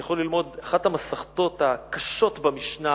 יכול ללמוד, אחת המסכתות הקשות במשנה